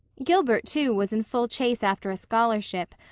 gilbert, too, was in full chase after a scholarship,